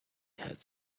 had